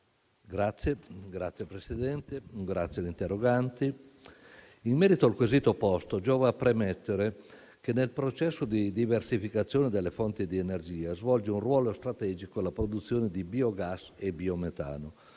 Signor Presidente, ringrazio gli interroganti. In merito al quesito posto, giova premettere che, nel processo di diversificazione delle fonti di energia, svolge un ruolo strategico la produzione di biogas e biometano.